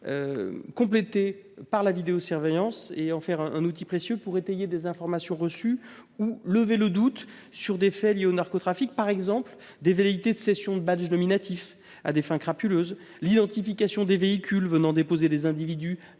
s’appuyer sur la vidéosurveillance et d’en faire un outil précieux pour étayer des informations reçues ou pour lever le doute sur des faits liés au narcotrafic, par exemple des velléités de cession de badge nominatif à des fins crapuleuses, l’identification des véhicules venant déposer des individus